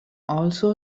also